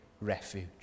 refuge